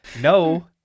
no